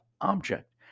object